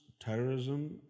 terrorism